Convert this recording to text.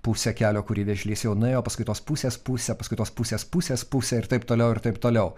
pusę kelio kurį vėžlys jau nuėjo paskui tos pusės pusę paskui tos pusės pusės pusę ir taip toliau ir taip toliau